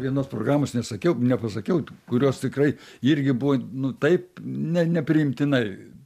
vienos programos nesakiau nepasakiau kurios tikrai irgi buvo nu taip ne nepriimtinai